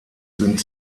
sind